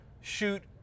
shoot